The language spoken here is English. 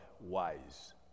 wise